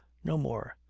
no more,